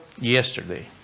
yesterday